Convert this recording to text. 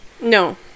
No